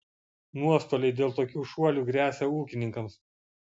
nuostoliai dėl tokių šuolių gresia ūkininkams